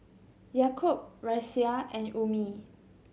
Yaakob Raisya and Ummi